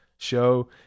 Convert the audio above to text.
show